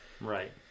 right